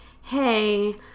hey